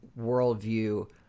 worldview